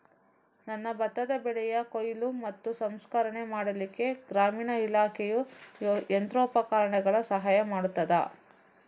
ನನ್ನ ಭತ್ತದ ಬೆಳೆಯ ಕೊಯ್ಲು ಮತ್ತು ಸಂಸ್ಕರಣೆ ಮಾಡಲಿಕ್ಕೆ ಗ್ರಾಮೀಣ ಇಲಾಖೆಯು ಯಂತ್ರೋಪಕರಣಗಳ ಸಹಾಯ ಮಾಡುತ್ತದಾ?